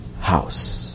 house